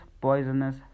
poisonous